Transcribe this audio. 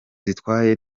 zitwaye